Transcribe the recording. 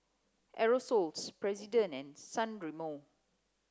Aerosoles President and San Remo